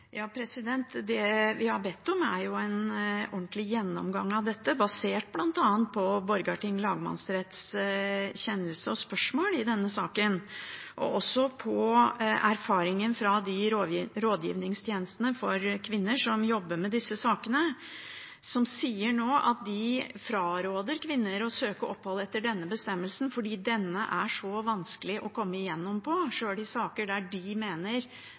Det vi har bedt om, er en ordentlig gjennomgang av dette, basert på bl.a. Borgarting lagmannsretts kjennelse og spørsmål i denne saken, og også på erfaringene fra de rådgivningstjenestene for kvinner som jobber med disse sakene. De sier nå at de fraråder kvinner å søke opphold etter denne bestemmelsen, fordi denne er så vanskelig å komme igjennom på, sjøl i saker der de mener